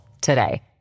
today